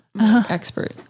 expert